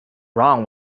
wrong